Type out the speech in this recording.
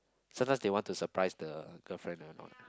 sometimes they want to surprise the girlfriend or not